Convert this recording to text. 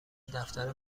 دفتر